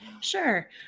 Sure